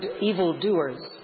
evildoers